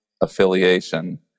affiliation